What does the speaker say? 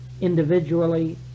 individually